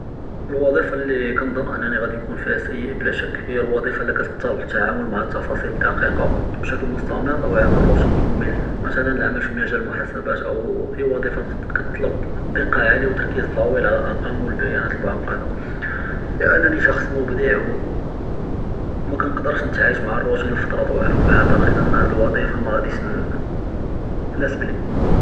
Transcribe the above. לְוַצִ'יפָה לִי כַּנְצַנ בִּאֲנִי גַ'אִי נְכוּן פִיהָ סַיֵא בְּלַא שַק הִי הַלְוַצִ'יפָה לִי קַתְטַלֵב אִתְעָאמַל מַעַ אֶלְתְפַּاصִיל אֶלְדַקִיקַה בִּשְקְל מֻסְתַמֵר וְעָמַל רוּטִינִי מֻמְל, מִתְלָא אֶלְעֻמַל פִּי מַג'אַל אֶלְמֻחַאסְבַּאת וְאוֹ אֵי לוַצִ'יפָה קַתְטַלֵב דִּקָּה עַלִיַה וְתַרְקִיז טַווִיל עַל אֶלְאָרְקַאם וְאֶלְבַּיַאנַאת אֶלְמֻעַקַּדַה לִאֲנִי שַׁخְṣ מֻבְדַע וּמַקַּנְקַדֵרְש נִתְעַיַּש מַעַ אֶלרוּטִין לְפַתְרַה טַווִילָה פָּאֲעְתַקֵד אֲנַא הַאדְ לוַצִ'יפָה מַא גַ'דִיש תַנְסַבְנִי.